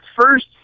first